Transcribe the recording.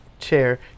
chair